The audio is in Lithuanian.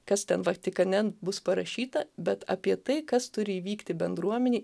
kas ten vatikane bus parašyta bet apie tai kas turi įvykti bendruomenėj